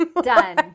done